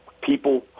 People